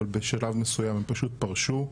אבל בשלב מסוים הם פשוט פרשו.